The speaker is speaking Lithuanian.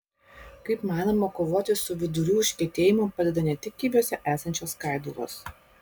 kaip manoma kovoti su vidurių užkietėjimu padeda ne tik kiviuose esančios skaidulos